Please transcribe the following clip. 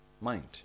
mind